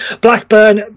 Blackburn